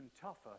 tougher